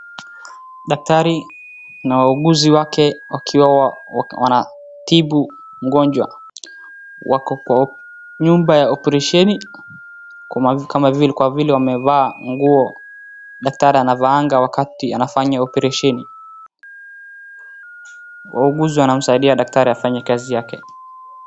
Daktari na waunguzi wake wakiwa wanatibu mgonjwa. Wako kwa nyumba ya oparesheni kama vile wamevaa nguo daktari anavaaga wakati anafanya oparesheni. Wauguzi wanamsaidia daktari afanye kazi yake.